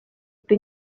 при